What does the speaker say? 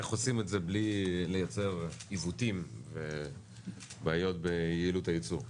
איך עושים את זה בלי לייצר עיוותים ובעיות ביעילות הייצור?